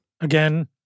again